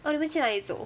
oh 你们去哪里走